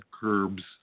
curbs